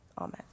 Amen